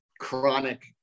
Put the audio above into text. chronic